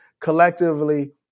collectively